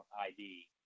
ID